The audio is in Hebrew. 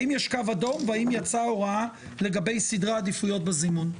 האם יש קו אדום והאם יצאה הוראה לגבי סדרי עדיפויות בזימון?